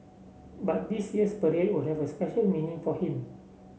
but this year's parade will have special meaning for him